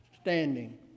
standing